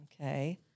Okay